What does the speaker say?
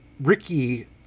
Ricky